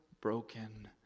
broken